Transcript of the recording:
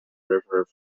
river